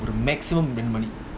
maximum